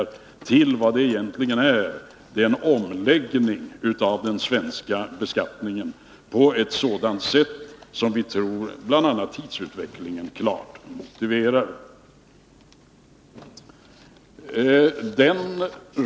Man har återfört debatten till vad det egentligen gäller: Det är en omläggning av den svenska beskattningen på ett sådant sätt som vi tror att bl.a. tidsutvecklingen klart motiverar.